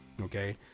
Okay